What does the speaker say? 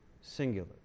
Singular